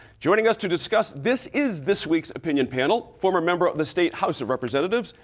joining us to discuss this is this week's opinion panelist, former member of the state house of representatives,